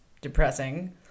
depressing